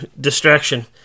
distraction